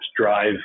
drive